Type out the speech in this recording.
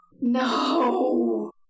No